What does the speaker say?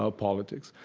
ah politics,